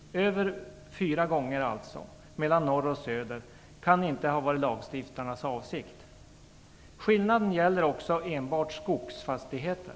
lagstiftarnas avsikt att skapa en så stor skillnad mellan norr och söder - mer än fyra gånger så mycket. Skillnaden gäller enbart skogsfastigheter.